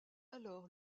alors